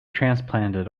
transplanted